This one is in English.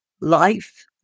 life